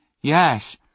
Yes